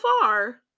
far